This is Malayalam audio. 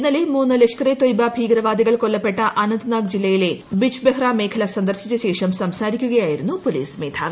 ഇന്നലെ മൂന്ന് ലഷ്കർ ഇ തൊയ്ബ ഭീകരവാദ്രികൾ ്കൊല്ലപ്പെട്ട അനന്ത്നാഗ് ജില്ലയിലെ ബിജ്ബെഹ്റ മേഖല സന്ദർശീച്ച് ശേഷം സംസാരിക്കുകയായിരുന്നു പോലീസ് മേധാവി